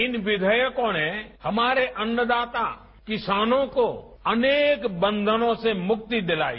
इन विघेयकों ने हमारे अन्नदाता किसानों को अनेक बंधनों से मुक्ति दिलाई